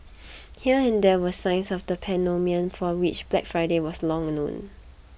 here and there were signs of the pandemonium for which Black Friday was long known